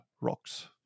rocks